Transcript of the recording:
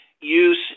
use